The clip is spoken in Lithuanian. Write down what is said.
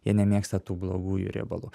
jie nemėgsta tų blogųjų riebalų